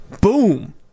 Boom